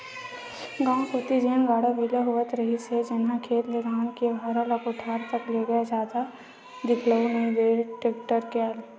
गाँव कोती जेन गाड़ा बइला होवत रिहिस हे जेनहा खेत ले धान के भारा ल कोठार तक लेगय आज जादा दिखउल नइ देय टेक्टर के आय ले